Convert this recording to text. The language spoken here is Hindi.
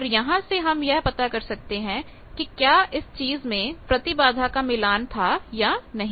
और यहां से हम यह पता कर सकते हैं कि क्या इस चीज में प्रतिबाधा का मिलान था या नहीं